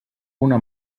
una